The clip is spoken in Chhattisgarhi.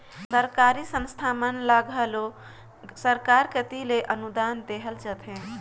सरकारी संस्था मन ल घलो सरकार कती ले अनुदान देहल जाथे